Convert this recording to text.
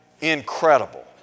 incredible